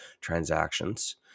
transactions